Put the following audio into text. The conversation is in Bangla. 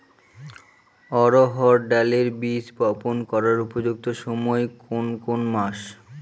অড়হড় ডালের বীজ বপন করার উপযুক্ত সময় কোন কোন মাস?